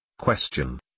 Question